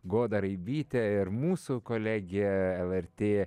goda raibytė ir mūsų kolegė lrt